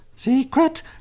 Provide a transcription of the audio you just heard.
Secret